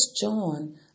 John